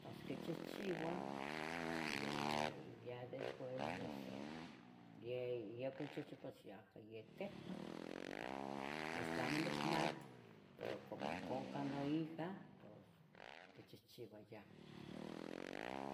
pos quichihchiuah, y ya ya después es un yeh ya conchichiu pues yacah yeh ticuah, aja, masqui amo nicmatih, pero como oconcah nohija, pos quichichiua yaha